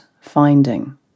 finding